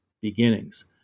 beginnings